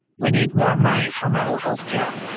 we need more money for mental healthcare.